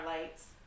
lights